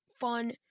fun